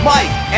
Mike